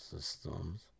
Systems